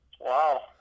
Wow